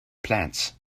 plants